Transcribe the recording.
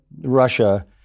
Russia